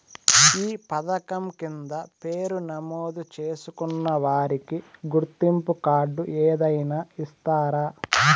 ఈ పథకం కింద పేరు నమోదు చేసుకున్న వారికి గుర్తింపు కార్డు ఏదైనా ఇస్తారా?